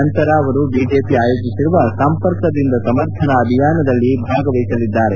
ನಂತರ ಅವರು ಬಿಜೆಪಿ ಆಯೋಜಿಸಿರುವ ಸಂಪರ್ಕದಿಂದ ಸಮರ್ಥನ ಅಭಿಯಾನದಲ್ಲಿ ಭಾಗವಹಿಸಲಿದ್ದಾರೆ